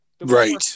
Right